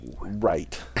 Right